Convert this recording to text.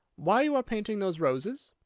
why you are painting those roses?